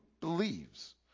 believes